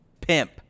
pimp